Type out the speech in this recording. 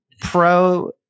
pro